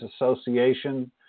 Association